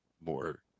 more